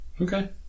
Okay